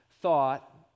thought